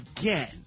again